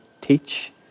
teach